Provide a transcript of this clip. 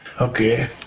Okay